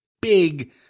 big